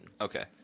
Okay